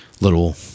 Little